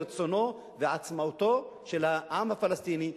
רצונו ועצמאותו של העם הפלסטיני,